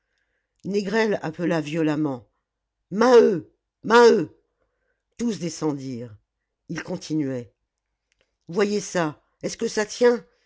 négrel appela violemment maheu maheu tous descendirent il continuait voyez ça est-ce que ça tient